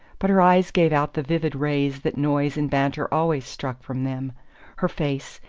but her eyes gave out the vivid rays that noise and banter always struck from them her face,